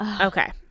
Okay